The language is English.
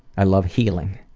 i love healing.